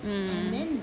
mm